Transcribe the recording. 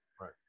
Right